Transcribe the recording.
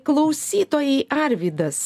klausytojai arvydas